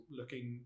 looking